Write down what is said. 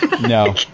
No